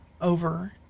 over